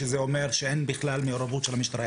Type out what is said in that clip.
שזה אומר שאין בכלל מעורבות של המשטרה,